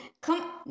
Come